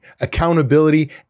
accountability